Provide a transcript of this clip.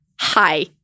Hi